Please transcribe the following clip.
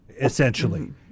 essentially